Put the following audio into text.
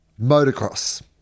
motocross